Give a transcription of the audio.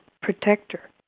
Protector